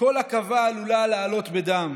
כל עכבה עלולה לעלות בדם.